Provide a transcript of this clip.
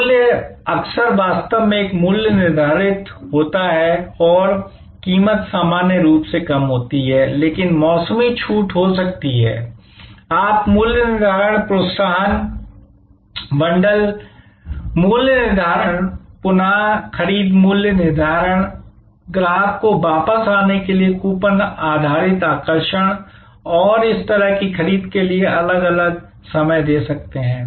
मूल्य अक्सर वास्तव में एक मूल्य निर्धारित होता है और कीमत सामान्य रूप से कम नहीं होती है लेकिन मौसमी छूट हो सकती है आप मूल्य निर्धारण प्रोत्साहन बंडल मूल्य निर्धारण पुन खरीद मूल्य निर्धारण ग्राहक को वापस आने के लिए कूपन आधारित आकर्षण और उस तरह की खरीद के लिए अलग अलग समय दे सकते हैं